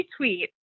retweet